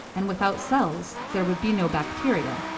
and without cells, there would be no bacteria,